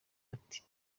ati